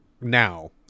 now